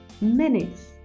minutes